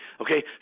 okay